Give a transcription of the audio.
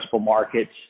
markets